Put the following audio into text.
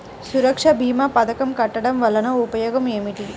సురక్ష భీమా పథకం కట్టడం వలన ఉపయోగం ఏమిటి?